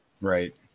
Right